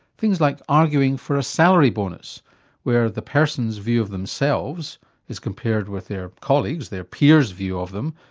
things like arguing for a salary bonus where the person's view of themselves as compared with their colleagues', their peers' view of them,